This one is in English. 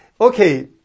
Okay